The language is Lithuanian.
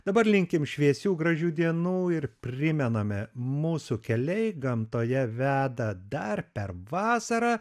dabar linkim šviesių gražių dienų ir primename mūsų keliai gamtoje veda dar per vasarą